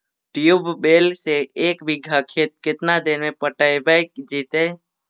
Tubewell से एक बिघा खेत केतना देर में पटैबए जितै?